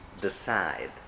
decide